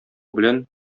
белән